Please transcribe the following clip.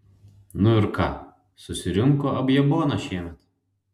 nu ir ką susirinko abjaboną šiemet